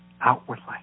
outwardly